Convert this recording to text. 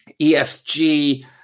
ESG